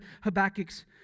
Habakkuk's